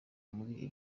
muri